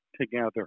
together